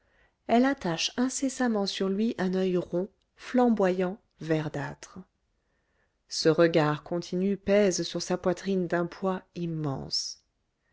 elle attache incessamment sur lui un oeil rond flamboyant verdâtre ce regard continu pèse sur sa poitrine d'un poids immense